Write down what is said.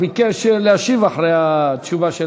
הוא ביקש להשיב אחרי התשובה.